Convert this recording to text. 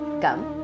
Come